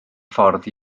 ffordd